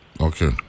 Okay